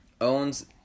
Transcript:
owns